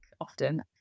often